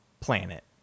planet